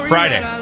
Friday